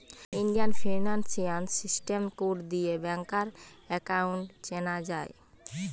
Indian financial system code দিয়ে ব্যাংকার account চেনা যায়